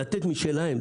לתת משלהם.